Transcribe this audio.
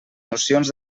nocions